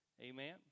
Amen